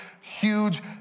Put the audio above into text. huge